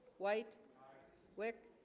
white wick